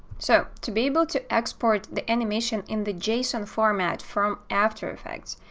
so to be able to export the animation in the json format from after effects,